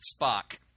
Spock